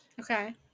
Okay